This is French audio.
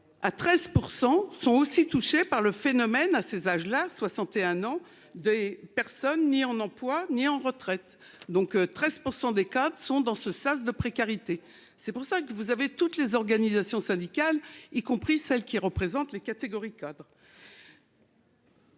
13% sont aussi touchés par le phénomène. À ces âges-là. 61 ans des personnes ni en emploi, ni en retraite donc 13% des cas sont dans ce sas de précarité, c'est pour ça que vous avez toutes les organisations syndicales y compris celles qui représente les catégories cadres.